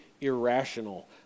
irrational